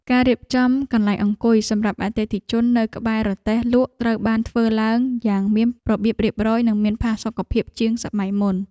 ការរៀបចំកន្លែងអង្គុយសម្រាប់អតិថិជននៅក្បែររទេះលក់ត្រូវបានធ្វើឡើងយ៉ាងមានរបៀបរៀបរយនិងមានផាសុកភាពជាងសម័យមុន។